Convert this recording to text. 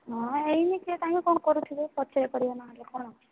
ହଁ ଏଇନି କିଏ କାହିଁ କ'ଣ କରୁଥିବେ ପଛରେ କରିବା ନହେଲେ କ'ଣ